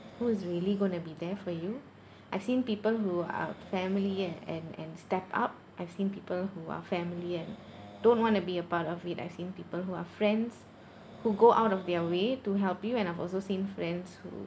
who is really going to be there for you I've seen people who are family yet and and step up I've seen people who are family and don't want to be a part of it I've seen people who are friends who go out of their way to help you and I've also seen friends who